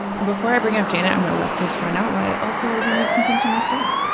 and before i bring up janet, i'm going to let this run out while i also remove some things from the stage.